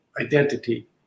identity